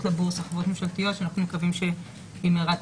לבורסה חברות ממשלתיות שאנחנו מקווים שבמהרה תקרה.